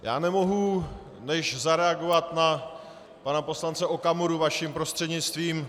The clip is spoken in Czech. Já nemohu než zareagovat na pana poslance Okamuru vaším prostřednictvím.